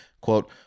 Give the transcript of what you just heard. quote